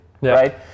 Right